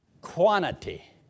quantity